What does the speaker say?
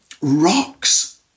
rocks